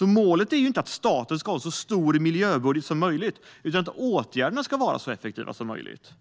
Målet är inte att staten ska ha en så stor miljöbudget som möjligt utan att åtgärderna ska vara så effektiva som möjligt.